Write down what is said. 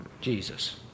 Jesus